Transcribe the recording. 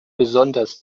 besonders